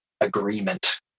agreement